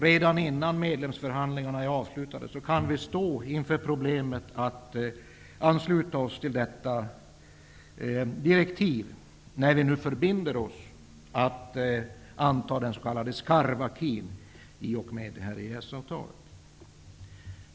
Redan innan medlemskapsförhandlingarna är avslutade kan vi stå inför det problem som en anslutning till nämnda direktiv innebär när vi nu, i och med EES-avtalet, förbinder oss att anta den s.k. skarv-acquisen.